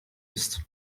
ist